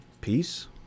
peace